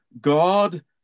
God